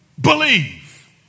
Believe